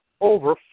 over